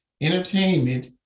entertainment